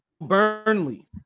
Burnley